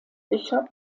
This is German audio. bishop